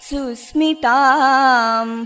Susmitam